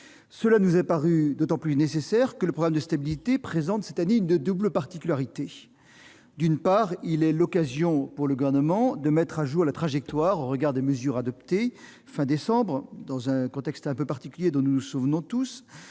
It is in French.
débat nous est apparu d'autant plus nécessaire que le programme de stabilité présente cette année une double particularité. D'une part, il est l'occasion pour le Gouvernement de mettre à jour la trajectoire au regard des mesures adoptées fin décembre, dans un contexte particulier dont nous nous souvenons tous